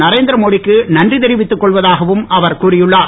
நரேந்திர மோடிக்கு நன்றி தெரிவித்துக்கொள்வதாகவும் அவர் கூறியுள்ளார்